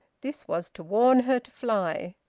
this was to warn her to fly.